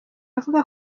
avuga